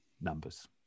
numbers